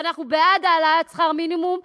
ואנחנו בעד העלאת שכר מינימום,